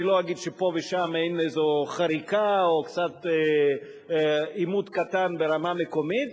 אני לא אגיד שפה ושם אין איזו חריקה או עימות קטן ברמה מקומית,